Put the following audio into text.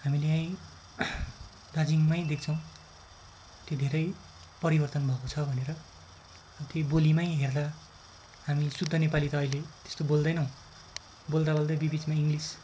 हामीले दार्जिलिङमै देख्छौँ त्यो धेरै परिवर्तन भएको छ भनेर ती बोलिमै हेर्दा हामी शुद्ध नेपाली त अहिले त्यस्तो बोल्दैनौँ बोल्दा बोल्दै बिबिचमा इङ्लिस